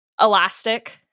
elastic